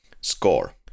score